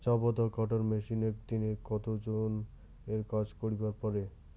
চা পাতা কাটার মেশিন এক দিনে কতজন এর কাজ করিবার পারে?